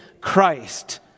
Christ